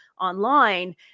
online